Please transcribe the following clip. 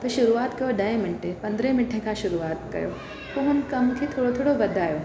त शुरूआत कयो ॾह मिंट पंद्रहं मिंटे खां शुरूआत कयो पोइ हुन कम खे थोरो थोरो वधायो